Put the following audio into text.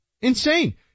Insane